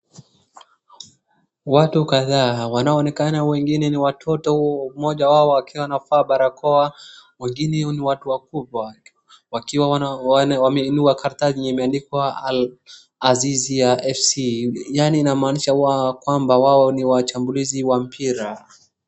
Watu kadhaa wanaoonekana wengine ni watoto, mmoja wao akiwa anavaa barakoa, wengine ni watu wakubwa wakiwa wameinua karatasi yenye imeandikwa Al Azizah fc,yaani inamaanisha kwamba wao ni washambulizi wa mpira.